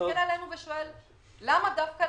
הציבור שמסתכל עלינו ושואל: למה דווקא